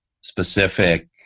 specific